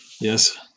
Yes